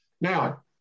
Now